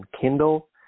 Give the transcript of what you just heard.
Kindle